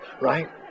right